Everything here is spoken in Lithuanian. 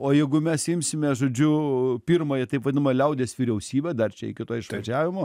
o jeigu mes imsime žodžiu pirmąją taip vadinamą liaudies vyriausybę dar čia iki to išvažiavimo